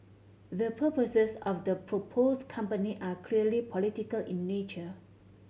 the purposes of the proposed company are clearly political in nature